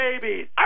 babies